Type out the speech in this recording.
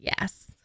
Yes